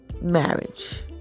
Marriage